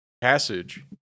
passage